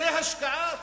זאת השקעה.